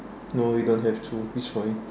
no we don't have to he's fine